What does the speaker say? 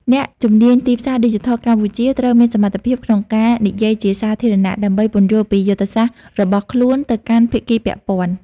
អ្នកជំនាញទីផ្សារឌីជីថលកម្ពុជាត្រូវមានសមត្ថភាពក្នុងការនិយាយជាសាធារណៈ ដើម្បីពន្យល់ពីយុទ្ធសាស្ត្ររបស់ខ្លួនទៅកាន់ភាគីពាក់ព័ន្ធ។